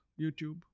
YouTube